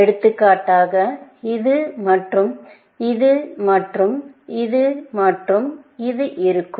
எடுத்துக்காட்டாக இது மற்றும் இது மற்றும் இது மற்றும் இது இருக்கும்